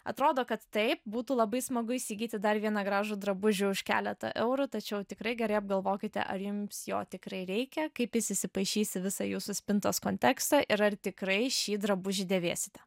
atrodo kad taip būtų labai smagu įsigyti dar vieną gražų drabužį už keletą eurų tačiau tikrai gerai apgalvokite ar jums jo tikrai reikia kaip jis įsipaišys į visą jūsų spintos kontekstą ir ar tikrai šį drabužį dėvėsite